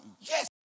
yes